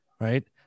right